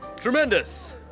Tremendous